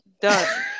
done